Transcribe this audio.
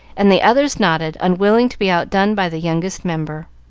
and the others nodded, unwilling to be outdone by the youngest member.